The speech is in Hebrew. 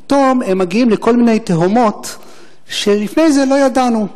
פתאום הם מגיעים לכל מיני תהומות שלפני זה לא ידענו.